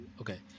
okay